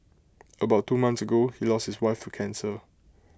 about two months ago he lost his wife to cancer